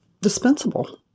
dispensable